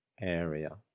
area